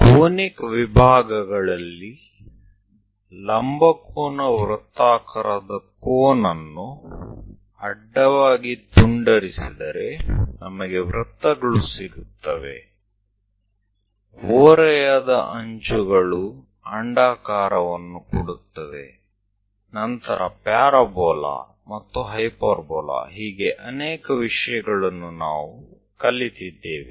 conic ವಿಭಾಗಗಳಲ್ಲಿ ಲಂಬ ಕೋನ ವೃತ್ತಾಕಾರದ ಕೋನ್ ಅನ್ನು ಅಡ್ಡವಾಗಿ ತುಂಡರಿಸಿದರೆ ನಮಗೆ ವೃತ್ತಗಳು ಸಿಗುತ್ತವೆ ಓರೆಯಾದ ಅಂಚುಗಳು ಅಂಡಾಕಾರವನ್ನು ಕೊಡುತ್ತವೆ ನಂತರ ಪ್ಯಾರಾಬೋಲಾ ಮತ್ತು ಹೈಪರ್ಬೋಲಾ ಹೀಗೆ ಅನೇಕ ವಿಷಯಗಳನ್ನು ನಾವು ಕಲಿತಿದ್ದೇವೆ